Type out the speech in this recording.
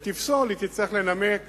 ותפסול, היא תצטרך לנמק